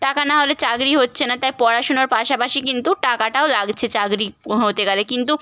টাকা না হলে চাকরি হচ্ছে না তাই পড়াশুনার পাশাপাশি কিন্তু টাকাটাও লাগছে চাকরি হতে গেলে কিন্তু